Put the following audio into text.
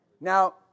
now